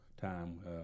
time